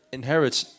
inherits